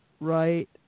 right